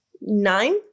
nine